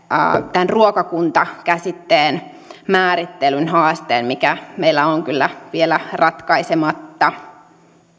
tämän ruokakunta käsitteen määrittelyn haasteen mikä meillä on kyllä vielä ratkaisematta